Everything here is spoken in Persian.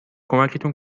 کمکتون